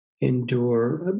endure